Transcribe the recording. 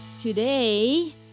Today